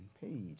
page